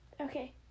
okay